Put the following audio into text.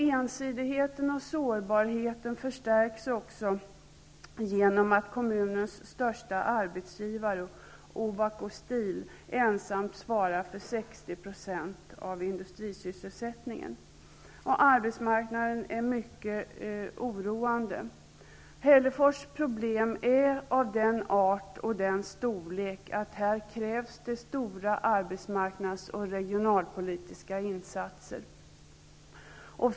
Ensidigheten och sårbarheten förstärks också genom att kommunens största arbetsgivare, Ovako Steel, ensamt svarar för 60 % av industrisysselsättningen. Läget på arbetsmarknaden är mycket oroande. Hällefors problem är av den arten och den storleken att det krävs stora arbetsmarknads och regionalpolitiska insatser.